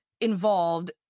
involved